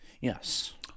Yes